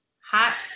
Hot